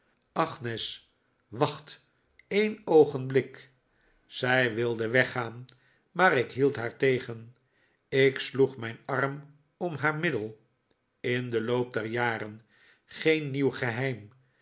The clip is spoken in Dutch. wacht een oogenblik zij wilde weggaan maar ik hield haar tegen ik sloeg mijn arm om haar middel in den loop der jaren geen nieuw geheim